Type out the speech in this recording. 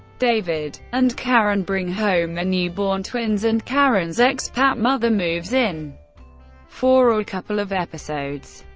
david and karen bring home their newborn twins, and karen's ex-pat mother moves in for a couple of episodes.